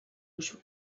usu